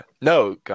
No